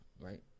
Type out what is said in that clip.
Right